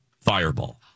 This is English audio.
fireball